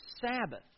Sabbath